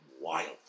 wild